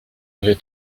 avez